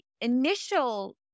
initial